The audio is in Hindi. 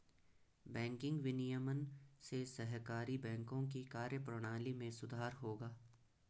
बैंकिंग विनियमन से सहकारी बैंकों की कार्यप्रणाली में सुधार होगा